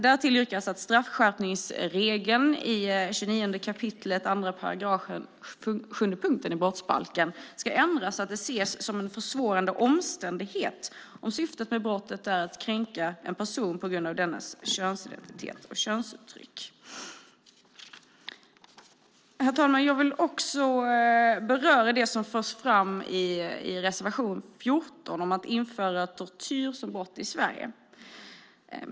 Därtill yrkas att straffskärpningsregeln i 29 kap. 2 § sjunde stycket i brottsbalken ska ändras, så att det ses som en försvårande omständighet om syftet med brottet är att kränka en person på grund av dennes könsidentitet och könsuttryck. Herr talman! Jag vill också beröra det som förs fram i reservation 14 om att införa tortyr som brottsrubricering i Sverige.